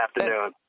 afternoon